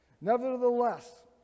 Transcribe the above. Nevertheless